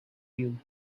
you